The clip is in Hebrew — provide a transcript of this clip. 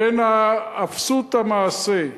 בין אפסות המעשה,